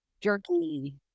jerky